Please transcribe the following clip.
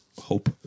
hope